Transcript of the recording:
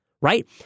right